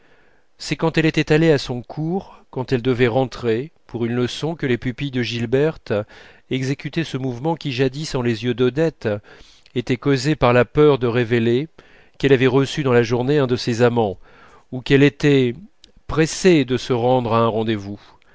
c'est quand elle était allée à son cours quand elle devait rentrer pour une leçon que les pupilles de gilberte exécutaient ce mouvement qui jadis en les yeux d'odette était causé par la peur de révéler qu'elle avait reçu dans la journée un de ses amants ou qu'elle était pressée de se rendre à un rendez-vous